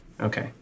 Okay